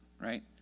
right